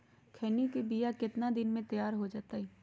खैनी के बिया कितना दिन मे तैयार हो जताइए?